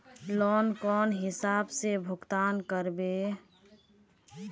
Loan कौन हिसाब से भुगतान करबे?